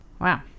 Wow